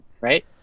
Right